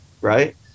right